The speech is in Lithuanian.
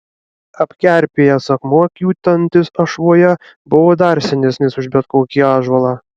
apkerpėjęs akmuo kiūtantis ašvoje buvo dar senesnis už bet kokį ąžuolą